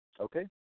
Okay